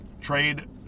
Trade